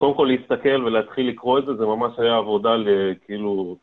קודם כל להסתכל ולהתחיל לקרוא את זה, זה ממש היה עבודה, כאילו...